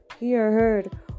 heard